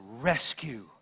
rescue